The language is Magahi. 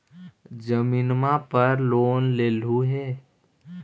जमीनवा पर लोन लेलहु हे?